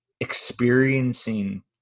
experiencing